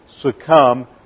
succumb